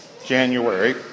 January